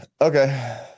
okay